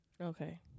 Okay